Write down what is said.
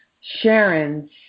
Sharon